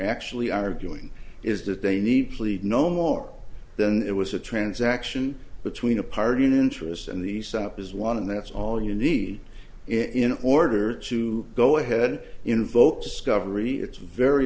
actually arguing is that they need plead no more than it was a transaction between a party in interest and the supper's one and that's all you need in order to go ahead invoke discovery it's very